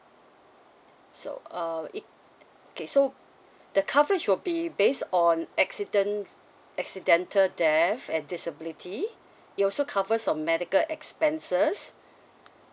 so um it okay so the coverage will be based on accident accidental death and disability it also covers your medical expenses